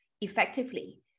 effectively